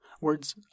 Words